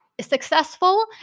successful